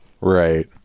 right